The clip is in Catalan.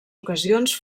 ocasions